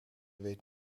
weet